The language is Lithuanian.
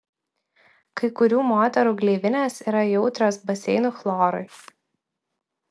kai kurių moterų gleivinės yra jautrios baseinų chlorui